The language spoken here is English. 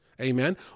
amen